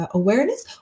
awareness